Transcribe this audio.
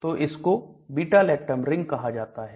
तो इसको beta lactam ring कहां जाता है